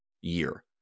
year